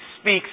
speaks